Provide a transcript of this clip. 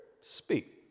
speak